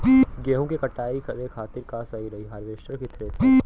गेहूँ के कटाई करे खातिर का सही रही हार्वेस्टर की थ्रेशर?